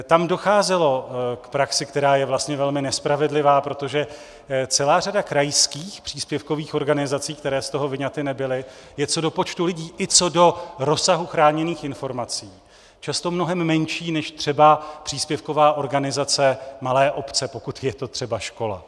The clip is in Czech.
Tam docházelo k praxi, která je vlastně velmi nespravedlivá, protože celá řada krajských příspěvkových organizací, které z toho vyňaty nebyly, je co do počtu lidí i co do rozsahu chráněných informací často mnohem menší než třeba příspěvková organizace malé obce, pokud je to třeba škola.